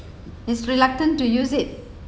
is reluctant to use it